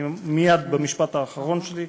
אני מייד במשפט האחרון שלי.